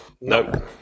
Nope